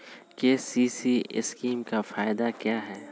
KCC scheme का फायदा क्या है?